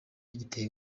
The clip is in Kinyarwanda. giteye